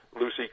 Lucy